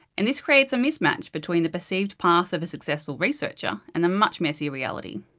and this creates a mismatch between the perceived path of a successful researcher, and the much messier reality.